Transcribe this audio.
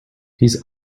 his